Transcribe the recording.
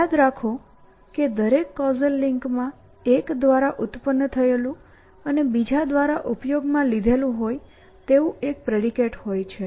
યાદ રાખો કે દરેક કૉઝલ લિંકમાં એક દ્વારા ઉત્પન્ન થયેલું અને બીજા દ્વારા ઉપયોગ માં લીધેલ હોય તેવું એક પ્રેડિકેટ હોય છે